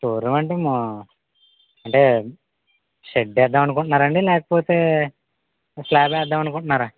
దూరమండి మా అంటే షెడ్ వేద్దాం అనుకుంటున్నారండి లేకపోతే స్లాబ్ వేద్దాం అనుకుంటున్నారా